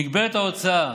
מגבלת ההוצאה